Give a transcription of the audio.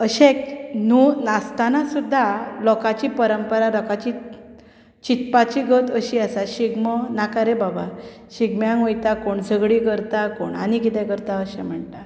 अशेंच नो नासतना सुद्दां लोकांची परंपरा लोकांची चितपाची गत अशी आसा शिगमो नाका रे बाबा शिगम्याक वयता कोण झगडीं करता कोण आनी कितें करता अशें म्हणटा